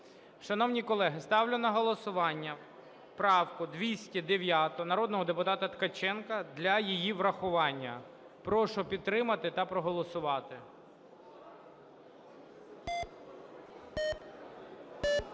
Шановні колеги, ставлю на голосування правку 209 народного депутата Ткаченка для її врахування. Прошу підтримати та проголосувати.